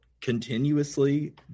continuously